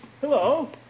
Hello